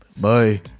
Bye